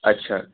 আচ্ছা